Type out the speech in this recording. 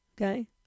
okay